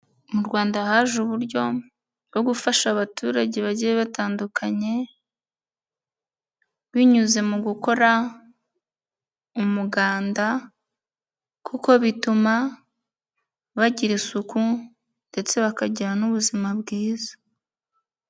Mu Rwanda haje uburyo bwo gufasha abaturage bagiye batandukanye binyuze mu gukora umuganda kuko bituma bagira isuku ndetse bakagira n'ubuzima bwiza.